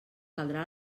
caldrà